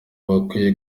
bakwiye